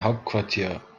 hauptquartier